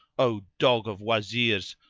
o dog of wazirs,